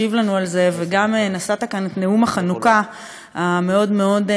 וגם נשאת כאן את נאום החנוכה המאוד-מאוד נלהב.